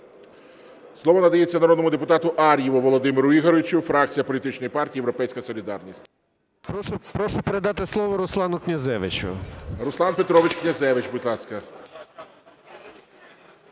Слово надається народному депутату Ар'єву Володимиру Ігоревичу, фракція політичної партії "Європейська солідарність". 11:02:52 АР’ЄВ В.І. Прошу передати слово Руслану Князевичу. ГОЛОВУЮЧИЙ. Руслан Петрович Князевич, будь ласка.